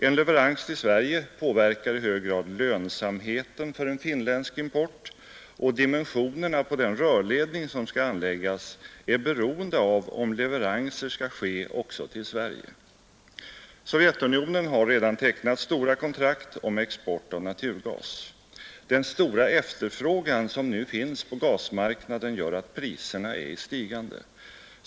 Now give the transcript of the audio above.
En leverans till Sverige påverkar i hög grad lönsamheten för en finländsk import, och dimensionerna på rörledningen är beroende av om leveranser skall ske också till Sverige. Sovjetunionen har redan tecknat stora kontrakt om export av naturgas. Den stora efterfrågan som nu finns på gasmarknaden gör att priserna är i stigande.